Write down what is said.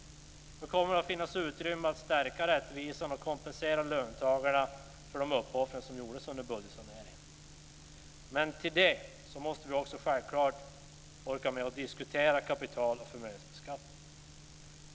Det kommer att finnas utrymme att stärka rättvisan och kompensera löntagarna för de uppoffringar som gjordes under budgetsaneringen. Till detta måste vi självklart orka med att diskutera kapital och förmögenhetsbeskattningen.